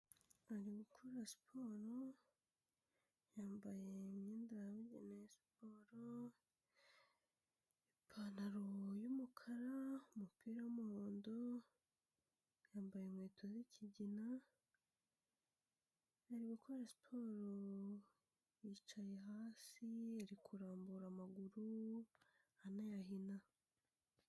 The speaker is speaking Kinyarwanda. Ari gukora siporo, yambaye imyenda ya bugenewe ya siporo, ipantaro y'umukara, umupira w'umuhondo, yambaye inkweto z'ikigina, ari gukora siporo, yicaye hasi, ari kurambura amaguru, anayahina.